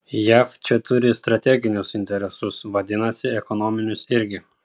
jav čia turi strateginius interesus vadinasi ekonominius irgi